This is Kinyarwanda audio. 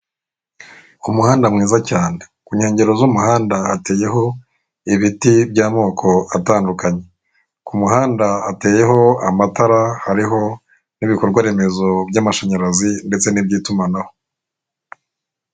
Umuhanda mwiza cyane, ku inyengero z'umuhanda, hateyeho ibiti by'amoko atandukanye. k'umuhanda hateyeho amatara hariho ibikorwaremezo by'amashanyarazi ndetse n'iby'itumanaho.